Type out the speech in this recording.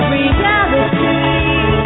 Reality